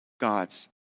God's